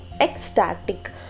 ecstatic